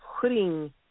putting